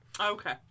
Okay